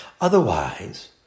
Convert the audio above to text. Otherwise